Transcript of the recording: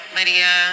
Lydia